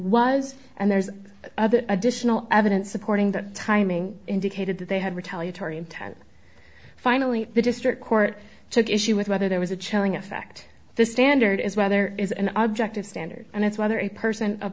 was and there's additional evidence supporting that timing indicated that they had retaliatory intent finally the district court took issue with whether there was a chilling effect the standard is whether it is an objective standard and it's whether a person